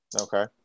Okay